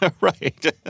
Right